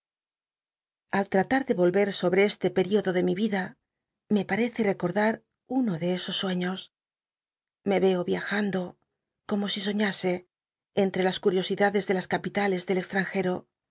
al tratar de volver sobre este pcríodo de mi vida me parece recol lar uno de esos sueños me i'co riajando como si solíase ent rc las curiosidades de las capitales del extranjci'o